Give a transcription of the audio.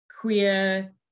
queer